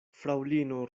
fraŭlino